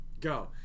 Go